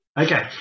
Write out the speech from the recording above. Okay